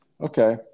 Okay